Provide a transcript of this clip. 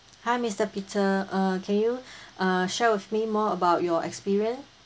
hi mister peter uh can you uh share with me more about your experience